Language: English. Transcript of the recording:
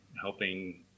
helping